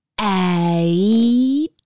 Eight